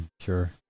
Sure